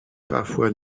parfois